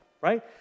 right